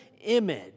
image